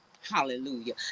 hallelujah